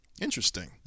interesting